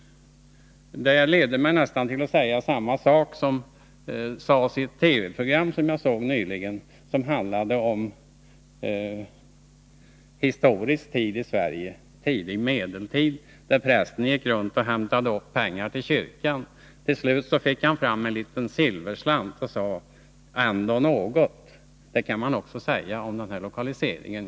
Det leder mig nästan till att säga samma sak som i ett TV-program jag såg nyligen, som handlade om historisk tid i Sverige. Det var tidig medeltid, och prästen gick runt och hämtade upp pengar till kyrkan. Till slut fick han en liten silverslant och sade: Ändå något. Det kan jag säga också om den här lokaliseringen.